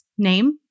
name